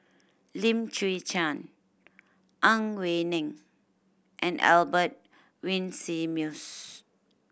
Lim Chwee Chian Ang Wei Neng and Albert Winsemius